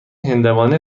هندوانه